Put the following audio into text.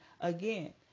again